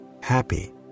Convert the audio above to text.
Happy